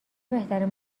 بهترین